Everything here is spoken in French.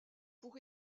pour